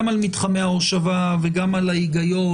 גם על מתחמי ההושבה וגם על ההיגיון.